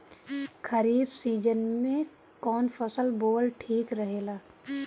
खरीफ़ season में कौन फसल बोअल ठिक रहेला ह?